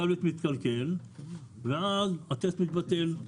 הוא מתקלקל ואז הטסט מתבטל,